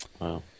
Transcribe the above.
Wow